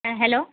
হ্যাঁ হ্যালো